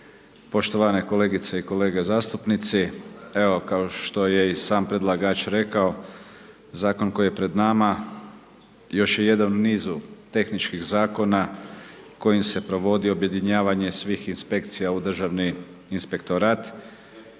poštovane kolegice i kolege zastupnici. Evo kao što je i sam predlagač rekao, zakon koji je pred nama još jedan u nizu tehničkih zakona kojim se provodi objedinjavanje svih inspekcija u Državni inspektorat